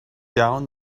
down